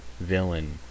villain